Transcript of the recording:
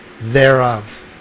thereof